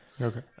Okay